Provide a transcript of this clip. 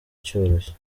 cyoroshye